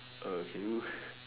err can you